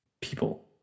people